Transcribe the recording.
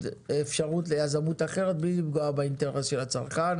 אפשרות ליזמות אחרת בלי לפגוע באינטרס של הצרכן.